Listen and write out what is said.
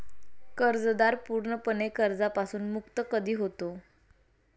कर्जदार पूर्णपणे कर्जापासून मुक्त कधी होतो?